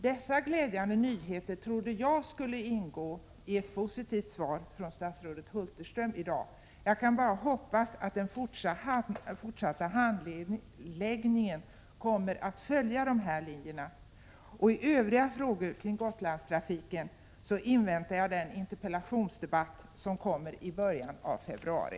Dessa glädjande nyheter trodde jag skulle ingå i ett positivt svar från statsrådet Hulterström i dag. Jag kan bara hoppas att den fortsatta handläggningen kommer att följa dessa linjer. I övriga frågor kring Gotlandstrafiken inväntar jag den interpellationsdebatt som kommer att äga rum i början av februari.